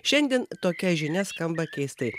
šiandien tokia žinia skamba keistai